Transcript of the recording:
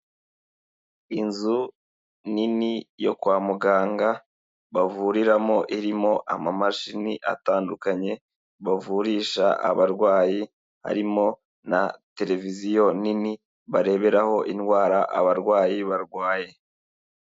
Inzu nini yo kwa muganga bavuriramo irimo amamashini atandukanye bavurisha abarwayi, harimo na televiziyo nini bareberaho indwara abarwayi barwaye.